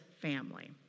family